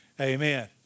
Amen